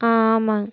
ஆ ஆமாங்க